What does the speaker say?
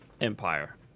Empire